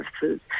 services